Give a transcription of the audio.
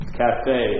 cafe